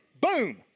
Boom